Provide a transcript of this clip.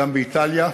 גם באיטליה,